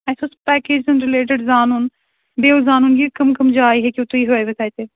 اَسہِ اوس پیکیج ہٕنٛدِ رِلیٹِڈ زانُن بیٚیہِ اوس زانُن یہِ کہِ کٕم کٕم جایہِ ہیٚکِو تُہۍ ہٲوِتھ اَتہِ